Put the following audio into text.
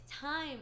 time